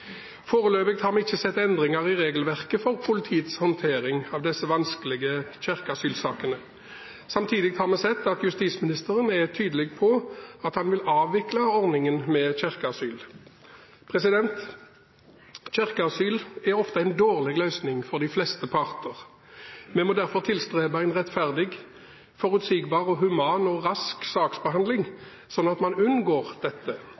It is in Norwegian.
Foreløpig har vi ikke sett endringer i regelverket for politiets håndtering av disse vanskelige kirkeasylsakene. Samtidig har vi sett at justisministeren er tydelig på at han vil avvikle ordningen med kirkeasyl. Kirkeasyl er ofte en dårlig løsning for de fleste parter. Vi må derfor tilstrebe en rettferdig, forutsigbar, human og rask saksbehandling, sånn at man unngår dette.